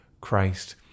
Christ